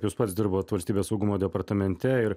jūs pats dirbot valstybės saugumo departamente ir